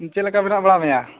ᱪᱮᱫ ᱞᱮᱠᱟ ᱢᱮᱱᱟᱜ ᱵᱟᱲᱟ ᱢᱮᱭᱟ